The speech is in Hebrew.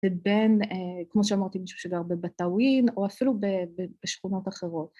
‫בין, כמו שאמרתי, מישהו שגר בבטאווין, ‫או אפילו בשכונות אחרות.